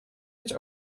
być